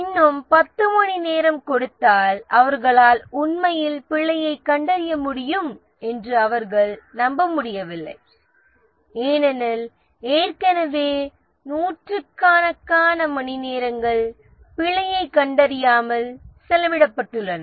இன்னும் 10 மணிநேரம் கொடுத்தால் அவர்களால் உண்மையில் பிழையைக் கண்டறிய முடியும் என்று அவர்கள் நம்பவில்லை ஏனெனில் ஏற்கனவே நூற்றுக்கணக்கான மணிநேரங்கள் பிழையைக் கண்டறியாமல் செலவிடப்பட்டுள்ளன